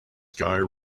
sky